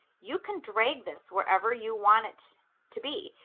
you can drag this wherever you want it to be.